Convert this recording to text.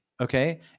Okay